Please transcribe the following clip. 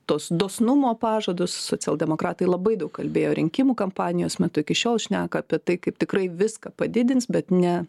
tuos dosnumo pažadus socialdemokratai labai daug kalbėjo rinkimų kampanijos metu iki šiol šneka apie tai kaip tikrai viską padidins bet ne